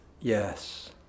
Yes